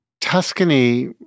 Tuscany